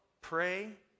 pray